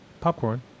popcorn